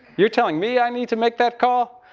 you're telling me i need to make that call?